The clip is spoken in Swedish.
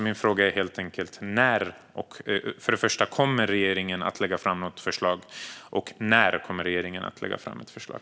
Min fråga är helt enkelt: Kommer regeringen att lägga fram något förslag, och när kommer regeringen att lägga fram ett förslag?